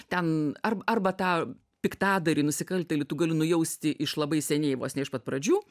ten ar arba tą piktadarį nusikaltėlį tu gali nujausti iš labai seniai vos ne iš pat pradžių